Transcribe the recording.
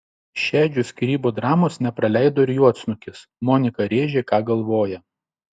šedžių skyrybų dramos nepraleido ir juodsnukis monika rėžė ką galvoja